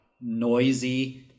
noisy